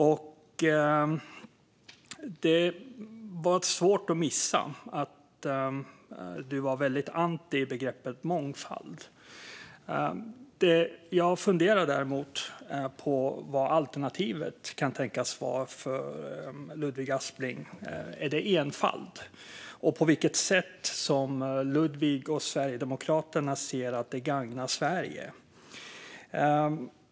Det var svårt att missa att du är väldigt anti begreppet "mångfald". Jag funderar dock på vad alternativet kan tänkas vara för Ludvig Aspling. Är det enfald? Jag funderar också på vilket sätt Ludvig och Sverigedemokraterna ser att det gagnar Sverige.